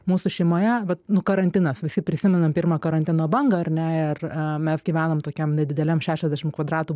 mūsų šeimoje vat nu karantinas visi prisimenam pirmą karantino bangą ar ne ir mes gyvenam tokiam nedideliam šešiasdešim kvadratų